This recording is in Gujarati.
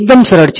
એકદમ સરળ છે